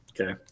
Okay